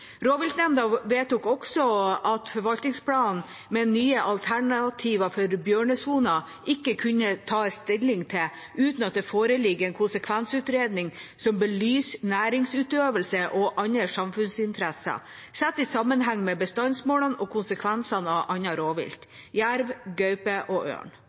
Rovviltnemnda vedtok også at forvaltningsplanen med nye alternativer for bjørnesoner ikke kunne tas stilling til uten at det forelå en konsekvensutredning som belyste næringsutøvelse og andre samfunnsinteresser, sett i sammenheng med bestandsmålene og konsekvenser av annet rovvilt – jerv, gaupe og ørn.